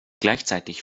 gleichzeitig